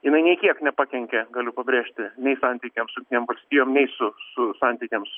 jinai nei kiek nepakenkė galiu pabrėžti nei santykiams su jungtinėm valstijom nei su su santykiams